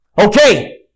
Okay